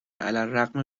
علیرغم